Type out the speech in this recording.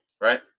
right